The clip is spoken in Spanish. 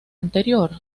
anterior